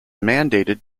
mandated